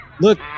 look